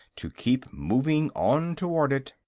to keep moving on toward it.